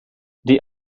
die